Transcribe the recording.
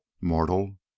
mortal